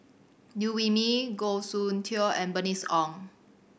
Liew Wee Mee Goh Soon Tioe and Bernice Ong